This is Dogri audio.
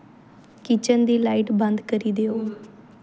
किचन लाइट बंद करी देओ